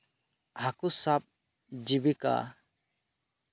ᱦᱟᱹᱠᱩ ᱥᱟᱵ ᱡᱤᱵᱤᱠᱟ